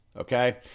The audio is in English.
okay